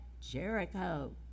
jericho